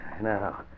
now